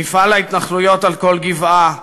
מפעל ההתנחלויות על כל גבעה,